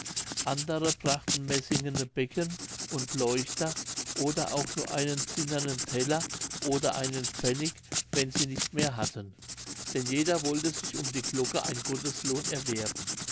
andere brachten messingene becken und leuchter oder auch nur einen zinnernen teller oder einen pfennig wenn sie nicht mehr hatten denn jeder wollte sich um die glocke ein gotteslohn erwerben